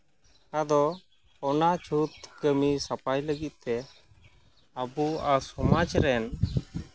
ᱟᱫᱚ ᱚᱱᱟ ᱪᱷᱩᱸᱛ ᱠᱟᱹᱢᱤ ᱥᱟᱯᱟᱭ ᱞᱟᱹᱜᱤᱫ ᱛᱮ ᱟᱵᱚᱣᱟᱜ ᱥᱚᱢᱟᱡᱽ ᱨᱮᱱ